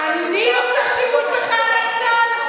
אני עושה שימוש בחיילי צה"ל?